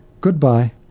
Goodbye